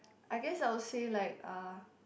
I guess I will say like uh